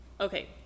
Okay